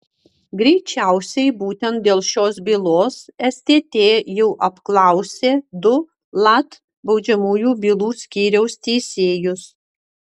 greičiausiai būtent dėl šios bylos stt jau apklausė du lat baudžiamųjų bylų skyriaus teisėjus